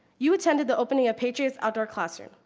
you attended the opening of patriot's outdoor classroom,